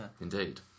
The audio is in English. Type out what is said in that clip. Indeed